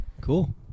Cool